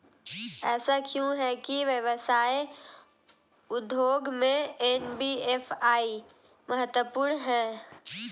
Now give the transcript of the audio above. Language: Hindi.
ऐसा क्यों है कि व्यवसाय उद्योग में एन.बी.एफ.आई महत्वपूर्ण है?